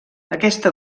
aquesta